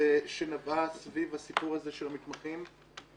שנבעה סביב הסיפור הזה של המתמחים.